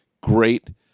great